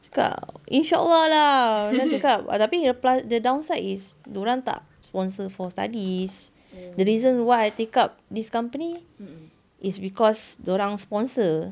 I cakap inshallah lah lepas tu I cakap tapi the plus the downside is dia orang tak sponsor for studies the reason why I take up this company is because dia orang sponsor